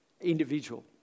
individual